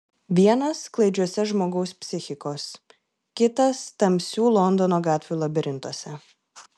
vienas klaidžiuose žmogaus psichikos kitas tamsių londono gatvių labirintuose